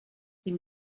sie